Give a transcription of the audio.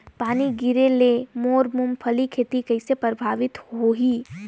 पानी गिरे ले मोर मुंगफली खेती कइसे प्रभावित होही?